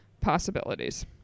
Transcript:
possibilities